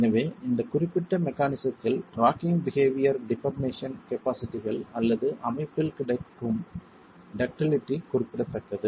எனவே இந்த குறிப்பிட்ட மெக்கானிஸத்தில் ராக்கிங் பிஹேவியர் டிபார்மேசன் கபாஸிட்டிகள் அல்லது அமைப்பில் கிடைக்கும் டக்டிலிட்டி குறிப்பிடத்தக்கது